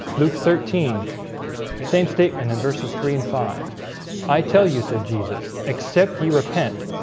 luke thirteen same statement in verses three and five i tell you said jesus, except ye repent.